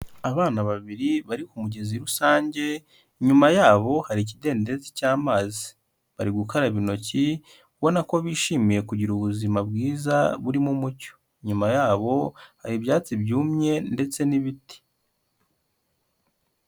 Abana babiri bari ku mugezi rusange, inyuma yabo hari ikidendezi cy'amazi, bari gukaraba intoki, ubona ko bishimiye kugira ubuzima bwiza burimo umucyo, inyuma yabo hari ibyatsi byumye ndetse n'ibiti.